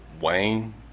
Wayne